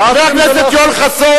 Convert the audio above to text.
אתה לקראת הסוף, חבר הכנסת יואל חסון.